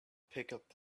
pickup